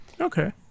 Okay